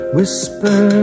Whisper